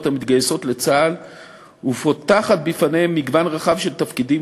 המתגייסות לצה"ל ופותחת בפניהן מגוון רחב של תפקידים,